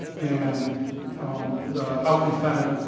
and the house and senate